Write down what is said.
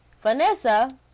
Vanessa